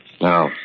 Now